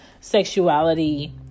sexuality